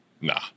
Nah